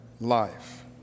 life